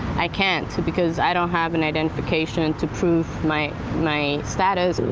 i can't because i don't have an identification to prove my my status.